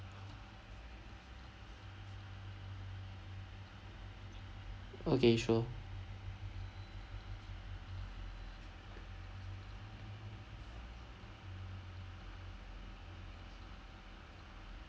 okay sure